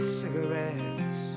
cigarettes